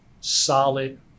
solid